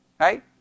Right